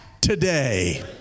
today